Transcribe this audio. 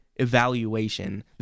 evaluation